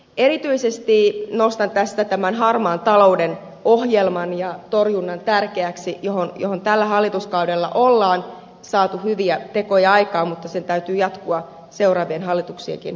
erityisesti nostan tästä tärkeäksi harmaan talouden ohjelman ja torjunnan joissa tällä hallituskaudella on saatu hyviä tekoja aikaan mutta niiden täytyy jatkua seuraavienkin hallituksien aikana